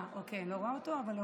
אני לא רואה אותו, אבל אוקיי.